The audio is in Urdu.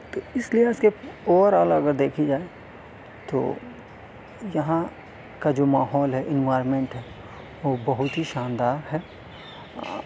تو اس لیے اس کے اوورآل اگر دیکھی جائے تو یہاں کا جو ماحول ہے انوائرمنٹ ہے وہ بہت ہی شاندار ہے